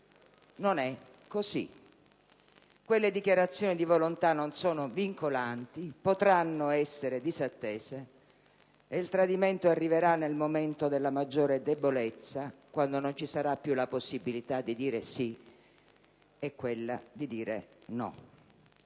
Non è così. Quelle dichiarazioni di volontà non sono vincolanti, potranno essere disattese e il tradimento arriverà nel momento della maggior debolezza, quando non ci sarà più la possibilità di dire sì o no.